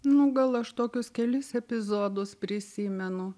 nu gal aš tokius kelis epizodus prisimenu